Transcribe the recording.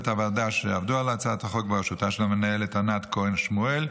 לצוות הוועדה שעבד על הצעת החוק בראשותה של המנהלת ענת כהן שמואל,